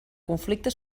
conflicte